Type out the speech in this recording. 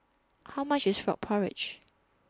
How much IS Frog Porridge